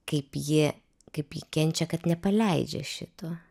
kaip jie kaip ji kenčia kad nepaleidžia šito